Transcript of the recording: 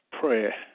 prayer